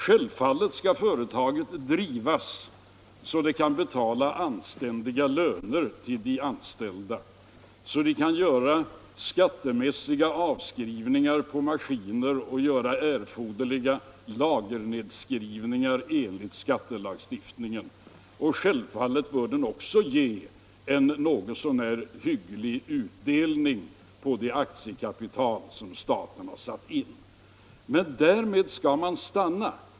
Självfallet skall företaget drivas så att det kan betala anständiga löner till de anställda och så att skattemässiga avskrivningar kan göras på maskiner liksom övriga erforderliga avskrivningar enligt skattelagstiftningen. Självfallet skall också företaget ge en något så när hygglig utdelning på det aktiekapital som staten har satt in. Men därmed skall man stanna.